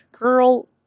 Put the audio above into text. girl